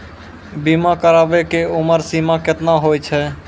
बीमा कराबै के उमर सीमा केतना होय छै?